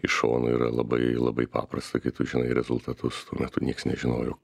iš šono yra labai labai paprasta kai tu žinai rezultatus tuo metu nieks nežinojo